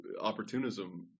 opportunism